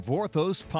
Vorthos